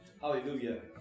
hallelujah